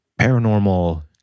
paranormal